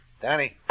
Danny